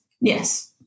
yes